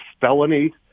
felony